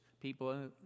people